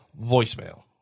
voicemail